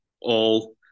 all-